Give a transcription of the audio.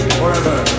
forever